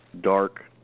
dark